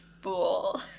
fool